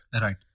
Right